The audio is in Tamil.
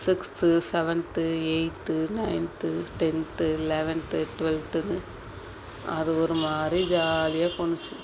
sixth seventh eighth ninth tenth eleventh டுவெல்த்துன்னு அது ஒரு மாதிரி ஜாலியாக போச்சி